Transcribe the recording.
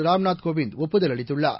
ராம்நாத் கோவிந்த் ஒப்புதல் அளித்துள்ளார்